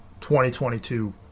2022